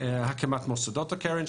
הקמת מוסדות הקרן,